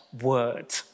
word